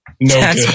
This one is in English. No